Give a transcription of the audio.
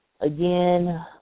again